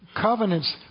covenants